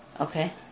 okay